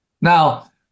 Now